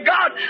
God